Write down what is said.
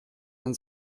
ein